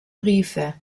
briefe